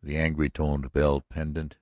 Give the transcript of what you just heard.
the angry-toned bell pendant